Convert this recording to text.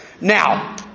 now